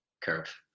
curve